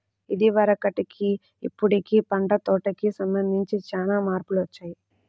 ఇదివరకటికి ఇప్పుడుకి పంట కోతకి సంబంధించి చానా మార్పులొచ్చాయ్